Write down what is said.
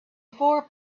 four